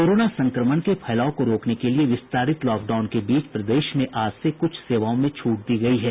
corona संक्रमण के फैलाव को रोकने के लिये विस्तारित लॉकडाउन के बीच प्रदेश में आज से कुछ सेवाओं में छूट दी गयी है